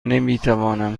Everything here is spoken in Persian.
نمیتوانم